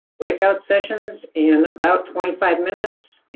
breakout sessions in about twenty five minutes,